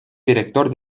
director